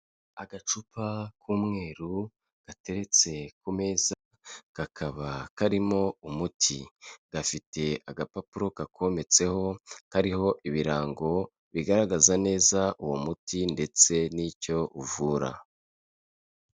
Agacupa k'umweru gateretse ku meza, kakaba karimo umuti. Gafite agapapuro kakometseho, kariho ibirango bigaragaza neza uwo muti ndetse n'icyo uvura.